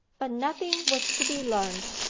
but nothing was to be learnt,